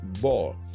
ball